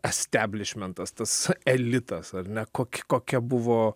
asteblišmentas tas elitas ar ne kok kokia buvo